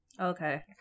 Okay